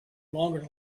longer